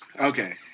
Okay